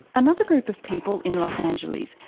another group of people in los angeles,